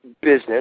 business